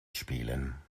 spielen